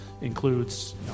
includes